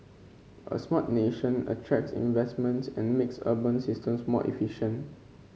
a Smart Nation attracts investments and makes urban systems more efficient